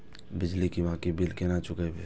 बिजली की बाकी बील केना चूकेबे?